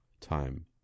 time